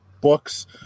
books